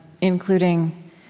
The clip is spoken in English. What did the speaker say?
Including